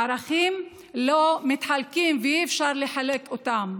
ערכים לא מתחלקים ואי-אפשר לחלק אותם.